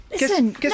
Listen